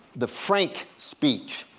the frank speech,